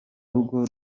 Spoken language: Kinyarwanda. rugo